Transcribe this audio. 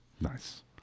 Nice